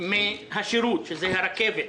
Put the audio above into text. מן השירות, שזה הרכבת?